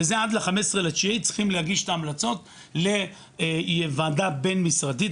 זה עד ל-15.9 צריך להגיש את ההמלצות לוועדה בין משרדית,